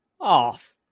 Off